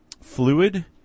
fluid